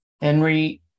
Henry